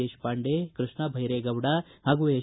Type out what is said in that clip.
ದೇಶಪಾಂಡೆ ಕೃಷ್ಣಭೈರೇಗೌಡ ಹಾಗೂ ಎಚ್